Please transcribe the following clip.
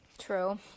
True